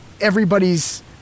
everybody's